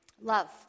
love